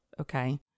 okay